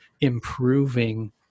improving